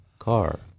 car